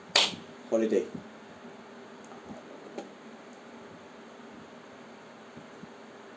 holiday